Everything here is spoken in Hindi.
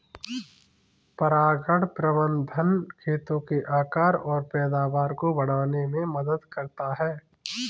परागण प्रबंधन खेतों के आकार और पैदावार को बढ़ाने में मदद करता है